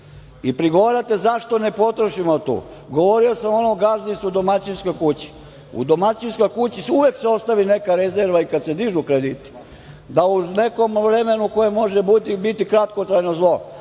I prigovarate zašto ne potrošimo to. Govorio sam o onom gazdinstvu, domaćinskoj kući. U domaćinskoj kući se uvek ostavi neka rezerva i kad se dižu krediti, pa da u nekom vremenu, koje može biti kratkotrajno zlo,